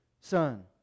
Son